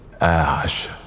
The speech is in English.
Ash